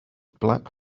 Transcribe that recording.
black